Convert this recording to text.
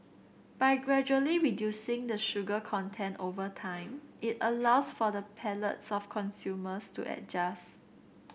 by gradually reducing the sugar content over time it allows for the palates of consumers to adjust